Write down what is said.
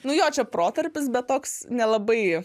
nu jo čia protarpiais bet toks nelabai